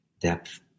depth